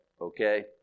okay